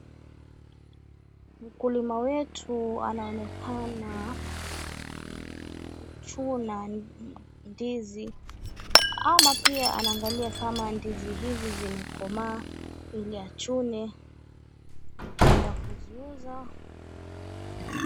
Mkulima wetu anaonekana kuchuna ndizi ama pia anaangalia kama ndizi hizi zimekomaa ili achune na kuenda kuziuza.